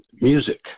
music